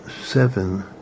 seven